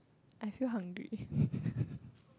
I feel hungry